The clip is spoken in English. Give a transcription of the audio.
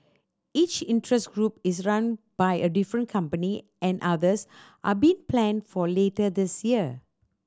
each interest group is run by a different company and others are being planned for later this year